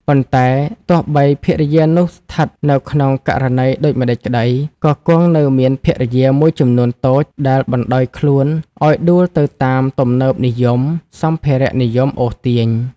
ប៉ុន្តែទោះបីភរិយានោះស្ថិតនៅក្នុងករណីដូចម្ដេចក្ដី ក៏គង់នៅមានភរិយាមួយចំនួនតូចដែលបណ្ដោយខ្លួនឲ្យដួលទៅតាមទំនើបនិយម សម្ភារៈនិយមអូសទាញ ។